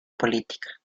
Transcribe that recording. política